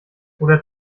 oder